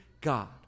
God